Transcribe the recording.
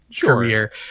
career